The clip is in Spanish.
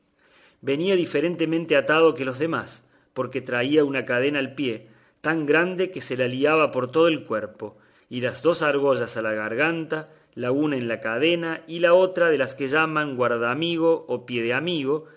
venía diferentemente atado que los demás porque traía una cadena al pie tan grande que se la liaba por todo el cuerpo y dos argollas a la garganta la una en la cadena y la otra de las que llaman guardaamigo o piedeamigo de